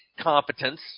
competence